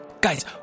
Guys